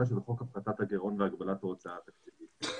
של חוק הפחתת הגירעון והגבלת ההוצאה התקציבית.